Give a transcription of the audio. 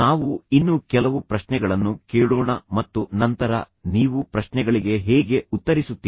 ನಾವು ಇನ್ನೂ ಕೆಲವು ಪ್ರಶ್ನೆಗಳನ್ನು ಕೇಳೋಣ ಮತ್ತು ನಂತರ ನೀವು ಪ್ರಶ್ನೆಗಳಿಗೆ ಹೇಗೆ ಉತ್ತರಿಸುತ್ತೀರಿ